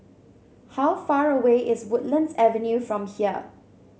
how far away is Woodlands Avenue from here